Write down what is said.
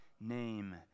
name